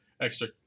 extra